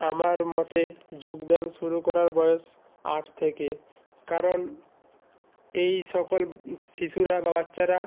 আমার মতে যোগব্যায়াম শুরু করার বয়েস আট থেকে কারণ এই সকল শিশুরা বা বাচ্চারা